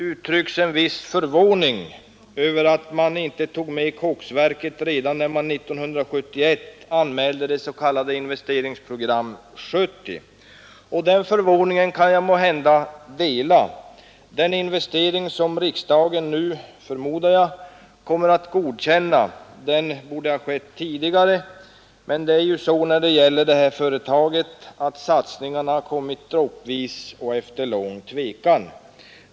uttrycks en vis: redan 1971 anmälde det s.k. Investeringsprogram 70. Den förvåningen kan jag måhända dela. Den investering som riksdagen nu, förmodar jag, kommer att godkänna borde ha skett långt tidigare, men det är ju så när det gäller detta företag att satsningarna har kommit droppvis och efter lång tvekan.